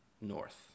north